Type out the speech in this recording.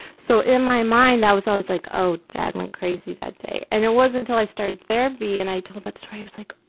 so, in my mind, i was always like, oh, dad went crazy that day. and it wasn't until i started therapy and i told that story, i was like,